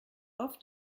oft